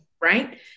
right